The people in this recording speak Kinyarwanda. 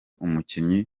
umukinnyi